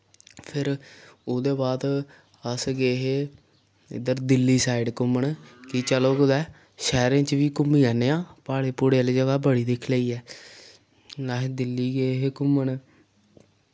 फिर ओह्दे बाद अस गे हे इद्धर दिल्ली साइड घुम्मन कि चलो कुतै शैह्रें च बी घुम्मी औन्ने आं प्हाड़े पहुड़े आह्ली जगह् बड़ी दिक्खी लेई ऐ अस दिल्ली गे हे घुम्मन